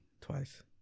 Twice